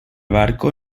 barco